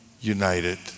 united